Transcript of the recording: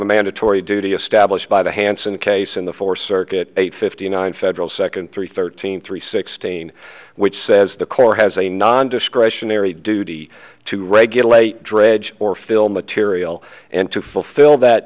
a mandatory duty established by the hanssen case in the four circuit eight fifty nine federal second three thirteen three sixteen which says the corps has a non discretionary duty to regulate dredge or fill material and to fulfill that